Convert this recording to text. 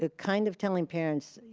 ah kind of telling parents,